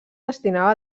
destinava